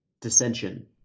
dissension